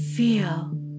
Feel